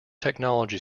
technology